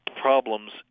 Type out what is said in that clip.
problems